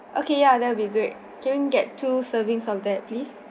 okay ya that would be great can we get two servings of that please